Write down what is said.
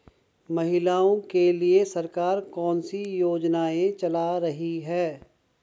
महिलाओं के लिए सरकार कौन सी योजनाएं चला रही है?